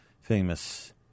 famous